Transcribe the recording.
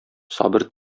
сабыр